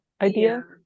idea